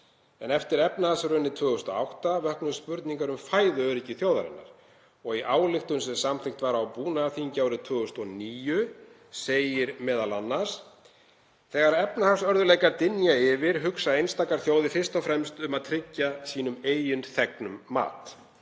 Eftir efnahagshrunið 2008 vöknuðu spurningar um fæðuöryggi þjóðarinnar og í ályktun sem samþykkt var á búnaðarþingi árið 2009 segir m.a.: „Það liggur fyrir að þegar efnahagsörðugleikar dynja yfir hugsa einstakar þjóðir fyrst og fremst um að tryggja sínum eigin þegnum mat.